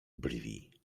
brwi